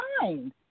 mind